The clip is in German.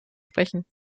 sprechen